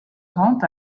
rend